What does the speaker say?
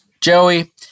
Joey